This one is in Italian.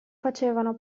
facevano